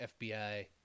FBI